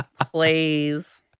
Please